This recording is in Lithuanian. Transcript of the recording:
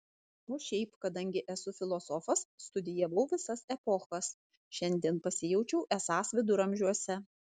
o šiaip kadangi esu filosofas studijavau visas epochas šiandien pasijaučiau esąs viduramžiuose